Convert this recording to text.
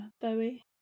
Bowie